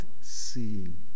seeing